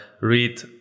read